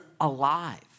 alive